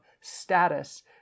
status